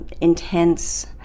intense